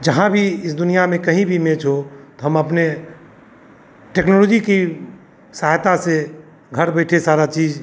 जहाँ भी इस दुनिया में कहीं भी मेच हो तो हम अपने टेक्नोलोजी की सहायता से घर बैठे सारा चीज